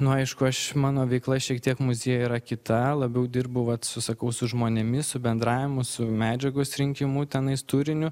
nu aišku aš mano veikla šiek tiek muziejuj yra kita labiau dirbu vat su sakau su žmonėmis su bendravimu su medžiagos rinkimu tenais turiniu